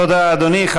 תודה, אדוני.